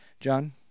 John